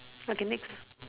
okay next